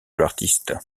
l’artiste